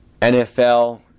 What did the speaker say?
NFL